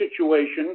situation